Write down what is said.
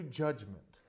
judgment